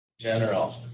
General